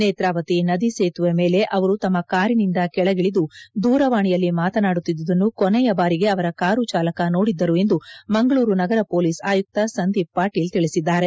ನೇತ್ರಾವತಿ ನದಿ ಸೇತುವೆ ಮೇಲೆ ಅವರು ತಮ್ಮ ಕಾರಿನಿಂದ ಕೆಳಗಿಳಿದು ದೂರವಾಣಿಯಲ್ಲಿ ಮಾತನಾಡುತ್ತಿದ್ದುದನ್ನು ಕೊನೆಯ ಬಾರಿಗೆ ಅವರ ಕಾರು ಚಾಲಕ ನೋಡಿದ್ದರು ಎಂದು ಮಂಗಳೂರು ನಗರ ಪೊಲೀಸ್ ಆಯುಕ್ತ ಸಂದೀಪ್ ಪಾಟೀಲ್ ತಿಳಿಸಿದ್ದಾರೆ